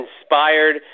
inspired